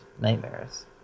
nightmares